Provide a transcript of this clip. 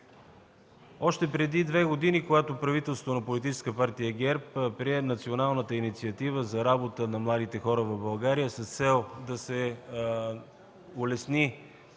Още преди две години, когато правителството на Политическа партия ГЕРБ прие Националната инициатива за работа на младите хора в България с цел да се улесни